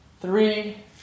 three